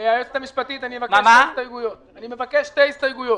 היועצת המשפטית, אני מבקש שתי הסתייגויות.